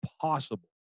possible